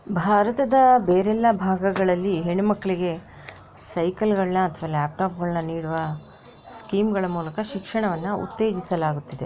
ಭಾರತದ ಬೇರೆಲ್ಲ ಭಾಗಗಳಲ್ಲಿ ಹೆಣ್ಣುಮಕ್ಕಳಿಗೆ ಸೈಕಲ್ಗಳನ್ನ ಅಥವಾ ಲ್ಯಾಪ್ಟಾಪ್ಗಳನ್ನ ನೀಡುವ ಸ್ಕೀಮ್ಗಳ ಮೂಲಕ ಶಿಕ್ಷಣವನ್ನು ಉತ್ತೇಜಿಸಲಾಗುತ್ತಿದೆ